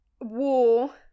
war